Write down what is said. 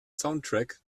soundtrack